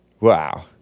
Wow